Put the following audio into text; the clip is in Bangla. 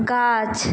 গাছ